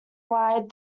wide